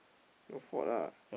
your fault ah